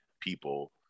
people